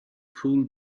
pull